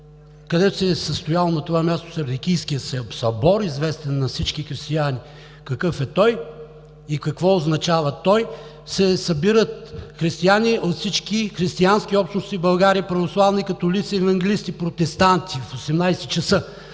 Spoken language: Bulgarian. където се е състоял Сердикийският събор, известен на всички християни – какъв е той и какво означава, се събират християни от всички християнски общности в България – православни, католици, евангелисти, протестанти, в 18,00